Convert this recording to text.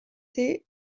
thé